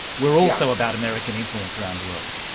were also about american influence around the world.